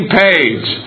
page